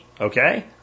Okay